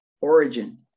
origin